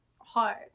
Hard